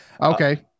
Okay